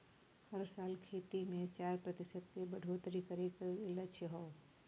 हर साल खेती मे चार प्रतिशत के बढ़ोतरी करे के लक्ष्य हौ